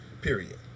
period